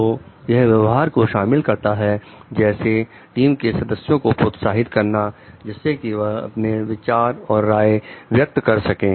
तो यह व्यवहार को शामिल करता है जैसे टीम के सदस्यों को प्रोत्साहित करना जिससे कि वह अपने विचार और राय व्यक्त कर सकें